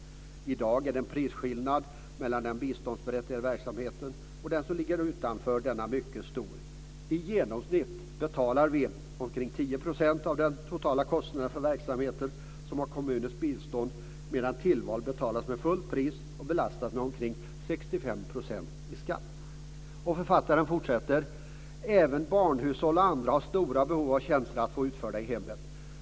I dag är det prisskillnad mellan den biståndsberättigade verksamheten och den som ligger utanför denna mycket stor. I genomsnitt betalar vi omkring 10 % av de totala kostnaderna för verksamhet som har kommunens bistånd medan tillval betalas till fullt pris och belastat med omkring 65 % i skatt." Och författaren fortsätter: "Även barnhushåll och andra har stora behov av tjänster att få utförda i hemmet.